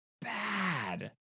bad